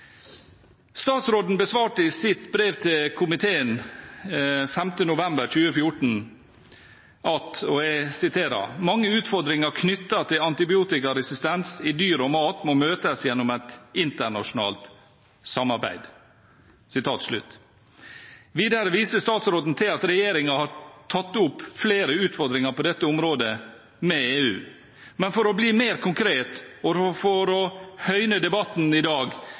Statsråden svarte i sitt brev til komiteen den 5. november 2014: «Mange utfordringer knyttet til antibiotikaresistens i dyr og mat må møtes gjennom et internasjonalt samarbeid.» Videre viser statsråden til at regjeringen har tatt opp flere utfordringer på dette området med EU. Men for å bli mer konkret og for å høyne debatten i dag,